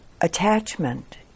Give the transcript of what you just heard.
attachment